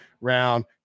round